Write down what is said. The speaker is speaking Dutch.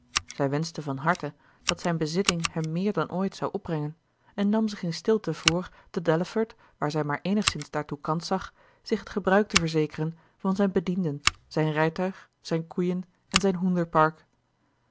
zij wenschte van harte dat zijn bezitting hem méér dan ooit zou opbrengen en nam zich in stilte voor te delaford waar zij maar eenigszins daartoe kans zag zich het gebruik te verzekeren van zijn bedienden zijn rijtuig zijn koeien en zijn